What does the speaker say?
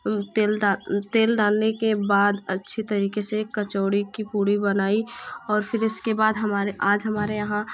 तेल डालने के बाद अच्छी तरीके से कचौड़ी की पुड़ी बनाई और फिर उसके बाद हमारे आज हमारे यहाँ